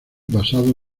basado